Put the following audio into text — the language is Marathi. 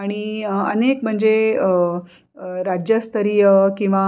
आणि अनेक म्हणजे राज्यस्तरीय किंवा